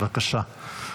בבקשה,